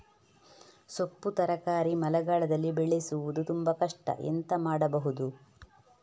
ಸೊಪ್ಪು ತರಕಾರಿ ಮಳೆಗಾಲದಲ್ಲಿ ಬೆಳೆಸುವುದು ತುಂಬಾ ಕಷ್ಟ ಎಂತ ಮಾಡಬಹುದು?